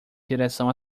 direção